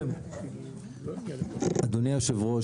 אדוני היו"ר,